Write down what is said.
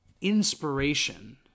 inspiration